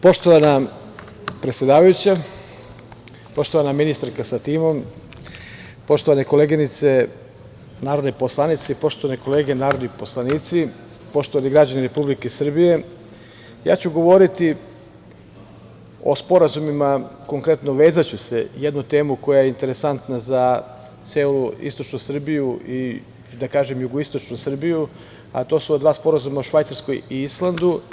Poštovana predsedavajuća, poštovana ministarko sa timom, poštovane koleginice, narodne poslanice, poštovane kolege narodni poslanici, poštovani građani Republike Srbije, ja ću govoriti o sporazumima, konkretno vezaću se, jedna tema koja je interesantna za celu istočnu Srbiju i da kažem jugoistočnu Srbiju, a to su dva sporazuma o Švajcarskoj i Islandu.